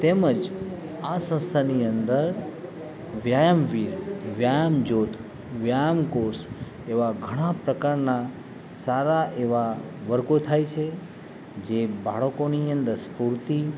તેમજ આ સંસ્થાની અંદર વ્યાયામ વીર વ્યાયામ જ્યોત વ્યાયામ કોર્સ એવા ઘણા પ્રકારના સારા એવા વર્ગો થાય છે જે બાળકોની અંદર સ્ફૂર્તિ